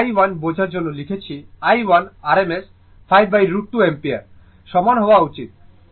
তো i1 বোঝার জন্য লিখছি i1 rms 5√ 2 অ্যাম্পিয়ার সমান হওয়া উচিত